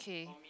okay